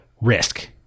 Risk